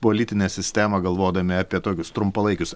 politinę sistemą galvodami apie tokius trumpalaikius